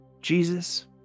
Jesus